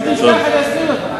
צדיקים, אני אסביר לך.